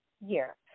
year